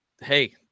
Hey